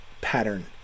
pattern